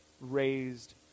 raised